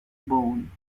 bone